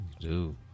Dude